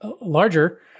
larger